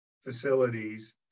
facilities